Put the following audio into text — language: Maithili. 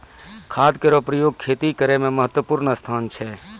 खाद केरो प्रयोग खेती करै म महत्त्वपूर्ण स्थान छै